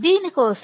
దేనికోసం